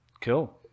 Cool